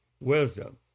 wisdom